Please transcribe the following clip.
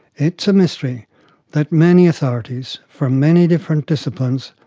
it's a mystery that many authorities, from many different disciplines,